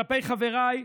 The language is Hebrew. כלפי חבריי,